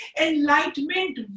enlightenment